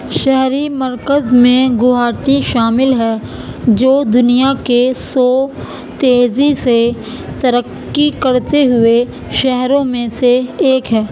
شہری مرکز میں گوہاٹی شامل ہے جو دنیا کے سو تیزی سے ترقی کرتے ہوئے شہروں میں سے ایک ہے